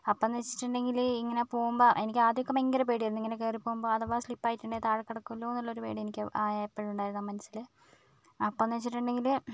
അപ്പം എന്ന് വെച്ചിട്ടുണ്ടെങ്കിൽ ഇങ്ങനേ പോകുമ്പോൾ എനിക്ക് ആദ്യമൊക്കേ ഭയകര പേടിയായിരുന്നു ഇങ്ങനേ കയറി പോകുമ്പോൾ അഥവാ സ്ലിപ് ആയിട്ടുണ്ടേ താഴേ കിടക്കുമല്ലോയെന്നുള്ളൊരു പേടി എനിക്ക് അ എപ്പോഴും ഉണ്ടായിരുന്നു മനസ്സിൽ അപ്പം എന്നു വെച്ചിട്ടുണ്ടെങ്കിൽ